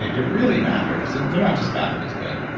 it it really matters. and they're not just batteries, but,